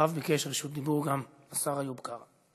אחריו ביקש רשות דיבור גם השר איוב קרא.